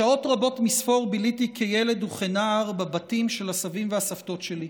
שעות רבות מספור ביליתי כילד וכנער בבתים של הסבים והסבתות שלי,